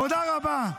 תודה רבה.